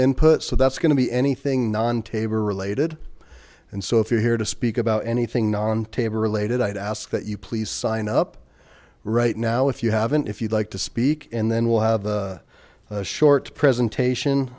input so that's going to be anything non tabor related and so if you're here to speak about anything non tabor related i'd ask that you please sign up right now if you haven't if you'd like to speak and then we'll have a short presentation